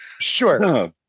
Sure